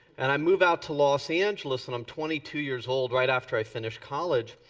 and i move out to los angeles and i'm twenty two years old right after i finish college.